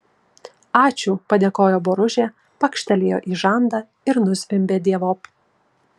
ačiū padėkojo boružė pakštelėjo į žandą ir nuzvimbė dievop